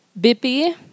Bippy